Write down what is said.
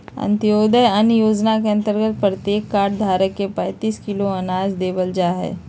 अंत्योदय अन्न योजना के अंतर्गत प्रत्येक कार्ड धारक के पैंतीस किलो अनाज देवल जाहई